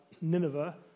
Nineveh